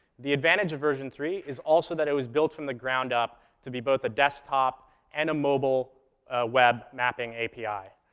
the advantage of version three is also that it was built from the ground up to be both a desktop and a mobile web-mapping api.